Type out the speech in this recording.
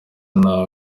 naho